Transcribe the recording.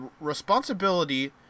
responsibility